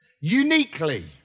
uniquely